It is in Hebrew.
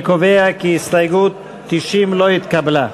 הסתייגות 89 לא התקבלה.